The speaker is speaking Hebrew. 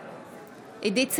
בעד עידית סילמן,